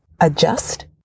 adjust